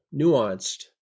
nuanced